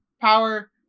power